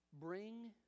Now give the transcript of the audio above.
Bring